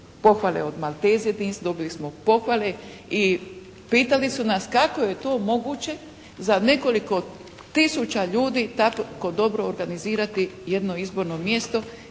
se ne razumije./… dobili smo pohvale i pitali su nas kako je to moguće za nekoliko tisuća ljudi tako dobro organizirati jedno izborno mjesto